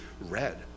red